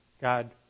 God